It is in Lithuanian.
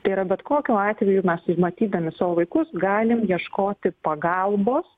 tai yra bet kokiu atveju mes matydami savo vaikus galim ieškoti pagalbos